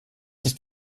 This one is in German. nicht